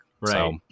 right